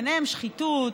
וביניהם שחיתות,